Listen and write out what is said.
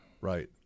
Right